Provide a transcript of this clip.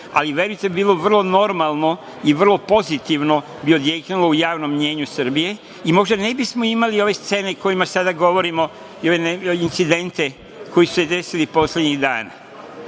ali verujte da bi bilo vrlo normalno i pozitivno bi odjeknulo u javnom mnjenju Srbije i možda ne bismo imali ove scene o kojima sada govorimo i ove incidente koji su se desili poslednjih dana. Bilo